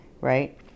right